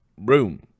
room